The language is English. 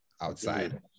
outside